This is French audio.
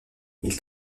ils